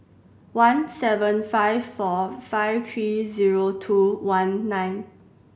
one seven five four five three zero two one nine